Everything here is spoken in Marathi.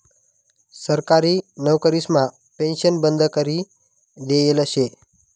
सरकारी नवकरीसमा पेन्शन बंद करी देयेल शे